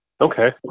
Okay